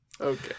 Okay